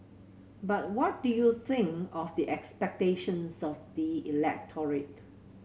but what do you think of the expectations of the electorate